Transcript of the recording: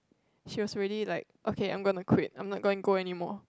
she was really like okay I'm gonna quit I'm not going go anymore